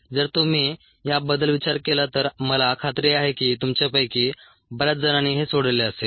जर तुम्ही याबद्दल विचार केला तर मला खात्री आहे की तुमच्यापैकी बऱ्याच जणांनी हे सोडवले असेल